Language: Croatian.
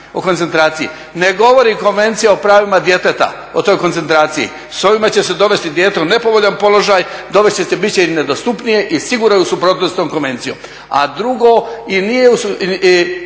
Ne govori Konvencija o pravima djeteta o toj koncentraciji. S ovima će se dovesti dijete u nepovoljan položaj, dovest će se i biti će im nedostupnije i sigurno je u suprotnosti s tom konvencijom. A drugom, i nije u suglasnosti